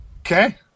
Okay